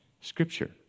Scripture